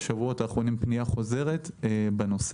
בשבועות האחרונים פנייה חוזרת בנושא.